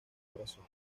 corazón